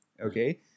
okay